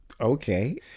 okay